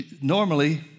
normally